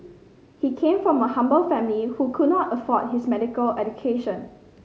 he came from a humble family who could not afford his medical education